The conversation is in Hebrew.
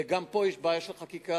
וגם פה יש בעיה של חקיקה,